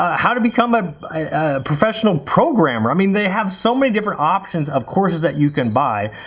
how to become a professional programmer, i mean they have so many different options of courses that you can buy.